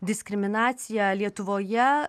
diskriminacija lietuvoje